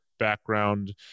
background